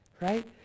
right